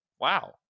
wow